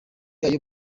ayo